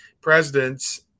presidents